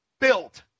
built